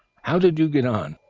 how did you get on?